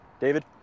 David